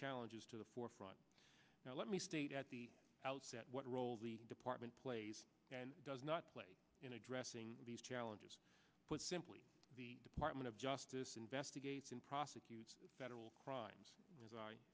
challenges to the forefront now let me state at the outset what role the department plays and does not play in addressing these challenges put simply be department of justice investigates and prosecute federal crimes as i